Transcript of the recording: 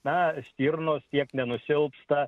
na stirnos tiek nenusilpsta